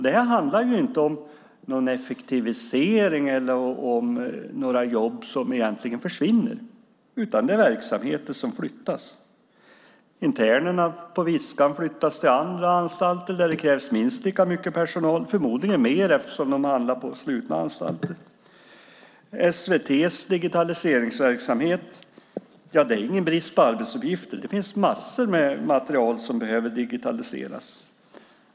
Det här handlar inte om någon effektivisering eller om några jobb som egentligen försvinner utan det är verksamheter som flyttas. Internerna på Viskan flyttas till andra anstalter där det krävs minst lika mycket personal, förmodligen mer eftersom de hamnar på slutna anstalter. För SVT:s digitaliseringsverksamhet är det ingen brist på arbetsuppgifter. Det finns massor med material som behöver digitaliseras.